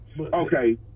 Okay